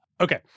Okay